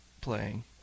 playing